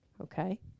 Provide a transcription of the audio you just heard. okay